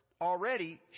already